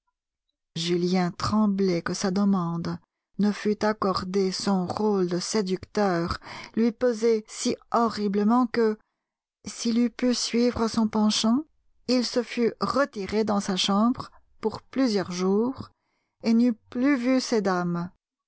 julien tremblait que sa demande ne fût accordée son rôle de séducteur lui pesait si horriblement que s'il eût pu suivre son penchant il se fût retiré dans sa chambre pour plusieurs jours et n'eût plus vu ces dames